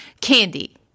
Candy